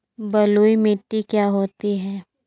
बलुइ मिट्टी क्या होती हैं?